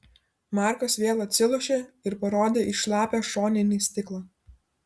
markas vėl atsilošė ir parodė į šlapią šoninį stiklą